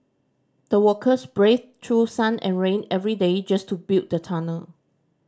the workers braved through sun and rain every day just to build the tunnel